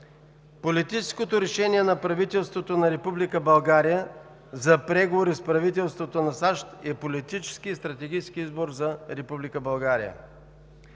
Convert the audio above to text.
Политическото решение на правителството на Република България за преговори с правителството на САЩ е политически и стратегически избор за